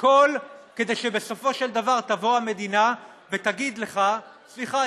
הכול כדי שבסופו של דבר המדינה תגיד לך: סליחה,